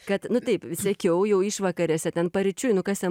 kad nu taip sekiau jau išvakarėse ten paryčiui nu kas ten